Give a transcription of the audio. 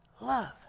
Love